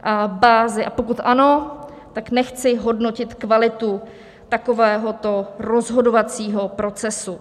A pokud ano, tak nechci hodnotit kvalitu takovéhoto rozhodovacího procesu.